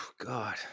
God